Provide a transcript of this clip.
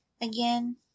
again